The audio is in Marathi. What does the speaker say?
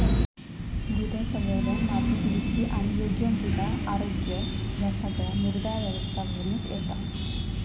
मृदा संवर्धन, माती दुरुस्ती आणि योग्य मृदा आरोग्य ह्या सगळा मृदा व्यवस्थापनेत येता